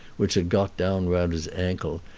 which had got down round his ankle,